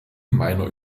meiner